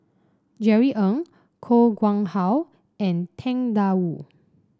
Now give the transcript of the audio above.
Jerry Ng Koh Nguang How and Tang Da Wu